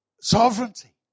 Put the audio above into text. Sovereignty